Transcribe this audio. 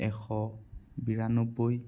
এশ বিৰানব্বৈ